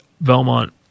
Belmont